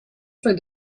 find